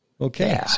Okay